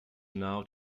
now